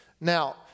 Now